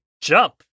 jump